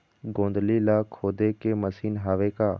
गोंदली ला खोदे के मशीन हावे का?